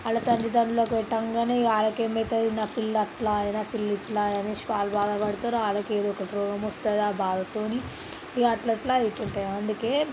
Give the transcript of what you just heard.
వాళ్ళ తల్లిదండ్రులకి పెట్టగానే ఇంకా వాళ్ళకి ఏమైతుంది నా పిల్ల అట్లా ఈయన పిల్ల ఇట్లా అనేసి వాళ్ళు బాధపడతరు వాళ్ళకి ఏదో ఒక రోగం వస్తుంది ఆ బాధతో ఇంకా అట్ల అట్లా ఇటు ఉంటాయి అందుకే